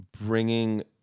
bringing